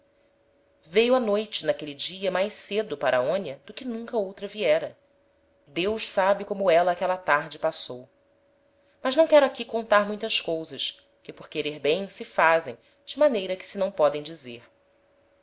veio a noite n'aquele dia mais cedo para aonia do que nunca outra viera deus sabe como éla aquela tarde passou mas não quero aqui contar muitas cousas que por querer bem se fazem de maneira que se não podem dizer